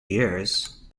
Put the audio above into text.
years